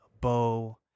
bow